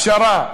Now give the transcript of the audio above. פשרה,